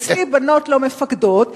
אצלי בנות לא מפקדות,